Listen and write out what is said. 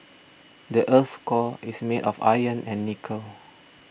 the earth's core is made of iron and nickel